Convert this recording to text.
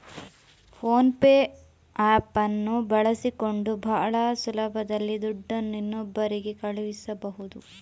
phone pay app ಅನ್ನು ಬಳಸಿಕೊಂಡು ಭಾಳ ಸುಲಭದಲ್ಲಿ ದುಡ್ಡನ್ನು ಇನ್ನೊಬ್ಬರಿಗೆ ಕಳಿಸಬಹುದು